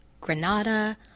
Granada